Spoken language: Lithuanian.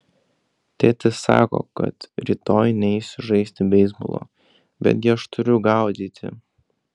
tėtis sako kad rytoj neisiu žaisti beisbolo betgi aš turiu gaudyti